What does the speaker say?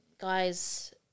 guys